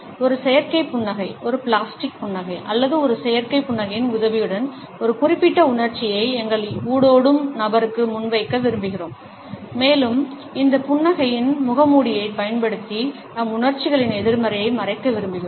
ஒரு செயற்கை புன்னகை ஒரு பிளாஸ்டிக் புன்னகை அல்லது ஒரு செயற்கை புன்னகையின் உதவியுடன் ஒரு குறிப்பிட்ட உணர்ச்சியை எங்கள் ஊடாடும் நபருக்கு முன்வைக்க விரும்புகிறோம் மேலும் இந்த புன்னகையின் முகமூடியைப் பயன்படுத்தி நம் உணர்ச்சிகளின் எதிர்மறையை மறைக்க விரும்புகிறோம்